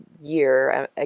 year